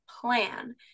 plan